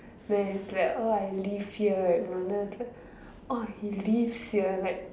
then he's like orh I live here and my mind is like orh he lives here like